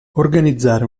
organizzare